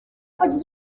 pots